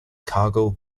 cargill